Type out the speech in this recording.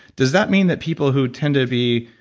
does that mean that people who tend to be